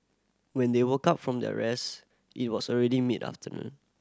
when they woke up from their rest it was already mid afternoon